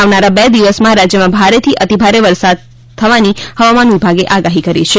આવનારા બે દિવસમાં રાજ્યમાં ભારે થી અતિભારે વરસાદની હવામાન વિભાગે આગાહી કરી છે